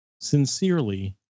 sincerely